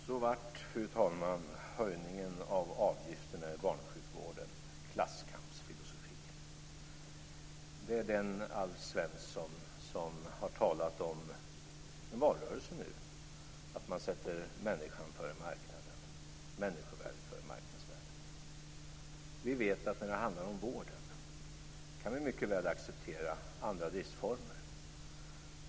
Fru talman! Så blev, fru talman, höjningen av avgifterna i barnsjukvården klasskampsfilosofi. Detta är den Alf Svensson som har talat om en valrörelse, att man sätter människan före marknaden, människovärdet före marknadsvärdet. Vi vet att när det handlar om vården kan vi mycket väl acceptera andra driftsformer.